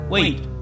Wait